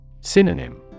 Synonym